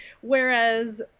Whereas